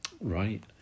Right